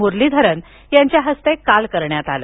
मुरलीधरन यांच्या हस्ते काल करण्यात आलं